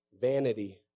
vanity